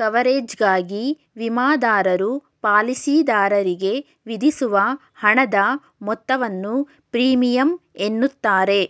ಕವರೇಜ್ಗಾಗಿ ವಿಮಾದಾರರು ಪಾಲಿಸಿದಾರರಿಗೆ ವಿಧಿಸುವ ಹಣದ ಮೊತ್ತವನ್ನು ಪ್ರೀಮಿಯಂ ಎನ್ನುತ್ತಾರೆ